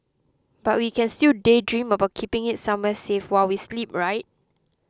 but we can still daydream about keeping it somewhere safe while we sleep right